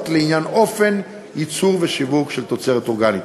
לעניין אופן ייצור ושיווק של תוצרת אורגנית.